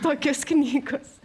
tokios knygos